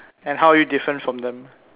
uh and how are you different from them